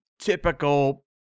typical